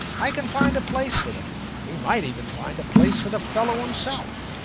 i can find a place for them we might even find a place for the fellow himself.